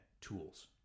tools